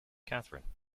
catherine